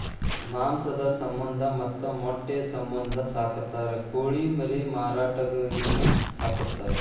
ಮಾಂಸದ ಸಮಂದ ಮತ್ತ ಮೊಟ್ಟಿ ಸಮಂದ ಸಾಕತಾರ ಕೋಳಿ ಮರಿ ಮಾರಾಟಕ್ಕಾಗಿನು ಸಾಕತಾರ